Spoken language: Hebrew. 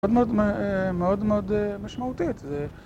‫מאוד מאוד משמעותית.